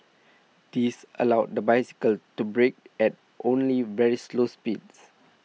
this allowed the bicycle to brake at only very slow speeds